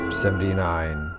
seventy-nine